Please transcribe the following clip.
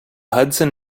hudson